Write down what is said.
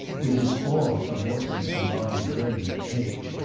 with his awe for morton's combined learning and age,